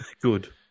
Good